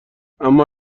اما